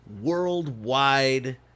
Worldwide